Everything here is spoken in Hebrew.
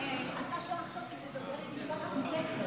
היושב-ראש, אתה שלחת אותי לדבר עם משלחת מטקסס.